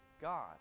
God